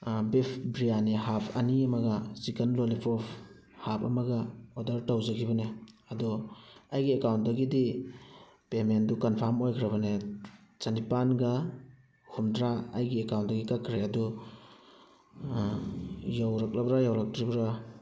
beef biryani half ꯑꯅꯤ ꯑꯃꯒ chicken lollipop half ꯑꯃꯒ ꯑꯣꯗꯔ ꯇꯧꯖꯒꯤꯕꯅꯦ ꯑꯗꯣ ꯑꯩꯒꯤ ꯑꯦꯀꯥꯎꯟꯗꯒꯤꯗꯤ ꯄꯦꯃꯦꯟꯗꯨ ꯀꯟꯐꯥꯔꯝ ꯑꯣꯏꯈ꯭ꯔꯕꯅꯦ ꯆꯅꯤꯄꯥꯜꯒ ꯍꯨꯝꯗ꯭ꯔꯥ ꯑꯩꯒꯤ ꯑꯦꯀꯥꯎꯟꯗꯒꯤ ꯀꯛꯈ꯭ꯔꯦ ꯑꯗꯣ ꯌꯧꯔꯛꯂꯕ꯭ꯔꯥ ꯌꯧꯔꯛꯇ꯭ꯔꯤꯕ꯭ꯔꯥ